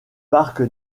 parc